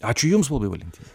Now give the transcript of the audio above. ačiū jums labai valentinai